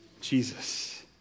Jesus